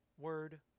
Word